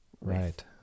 right